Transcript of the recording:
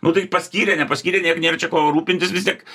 nu tai paskyrė nepaskyrė nėr nėra čia ko rūpintis vis tiek